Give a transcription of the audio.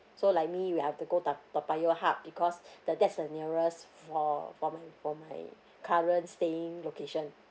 so like me we have to go toa toa payoh hub because the that's the nearest for for my for my current staying location